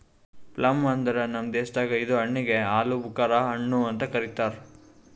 plum ಅಂದುರ್ ನಮ್ ದೇಶದಾಗ್ ಇದು ಹಣ್ಣಿಗ್ ಆಲೂಬುಕರಾ ಹಣ್ಣು ಅಂತ್ ಕರಿತಾರ್